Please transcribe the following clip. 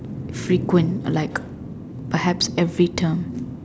frequent like perhaps every term